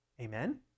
Amen